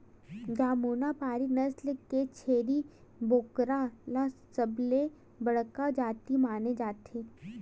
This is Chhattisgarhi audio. जमुनापारी नसल के छेरी बोकरा ल सबले बड़का जाति माने जाथे